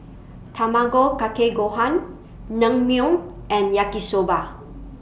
Tamago Kake Gohan Naengmyeon and Yaki Soba